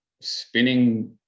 spinning